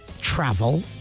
travel